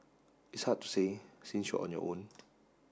it's hard to say since you're on your own